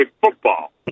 football